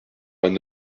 vingt